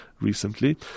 recently